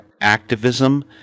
activism